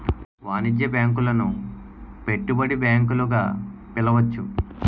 వాణిజ్య బ్యాంకులను పెట్టుబడి బ్యాంకులు గా పిలవచ్చు